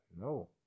no